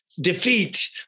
defeat